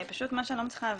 פשוט מה שאני לא מצליחה להבין,